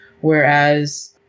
whereas